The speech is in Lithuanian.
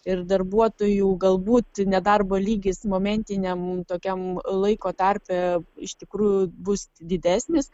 ir darbuotojų galbūt nedarbo lygis momentiniam tokiam laiko tarpe iš tikrųjų bus didesnis